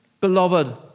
Beloved